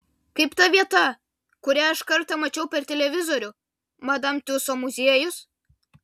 kaip ta vieta kurią aš kartą mačiau per televizorių madam tiuso muziejus